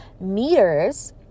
meters